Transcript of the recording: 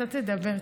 שאתה תדבר,